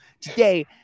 Today